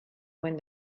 when